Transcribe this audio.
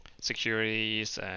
Securities